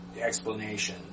explanation